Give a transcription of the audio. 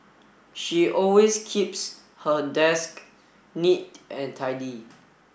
she always keeps her desk neat and tidy